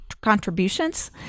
contributions